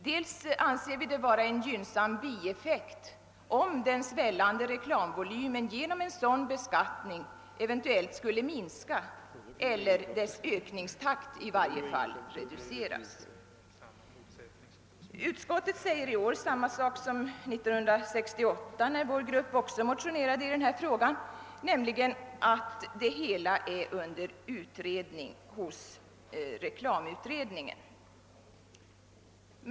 Dels anser vi det vara en gynnsam bieffekt om den svällande reklamvolymen genom en sådan beskattning eventuellt skulle minska eller dess ökningstakt i varje fall reduceras. Utskottet anför i år samma sak som 1968, när vår grupp också motionerade i denna fråga, nämligen att det hela utreds av reklamutredningen.